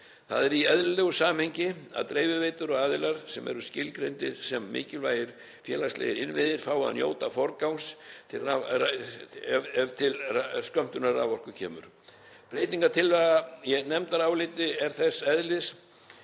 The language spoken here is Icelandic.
Það er í eðlilegu samhengi að dreifiveitur og aðilar sem eru skilgreindir sem mikilvægir félagslegir innviðir fái að njóta forgangs til ef til skömmtunar raforku kemur. Breytingartillaga í nefndaráliti er þess eðlis